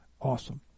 Awesome